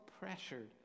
pressured